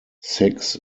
six